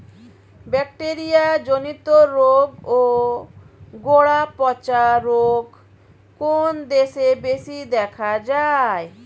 Bacteria জনিত রোগ ও গোড়া পচা রোগ কোন দেশে বেশি দেখা যায়?